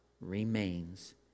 remains